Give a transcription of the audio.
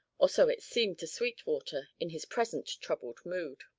or so it seemed to sweetwater in his present troubled mood.